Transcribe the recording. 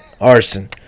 arson